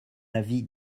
avis